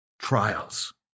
trials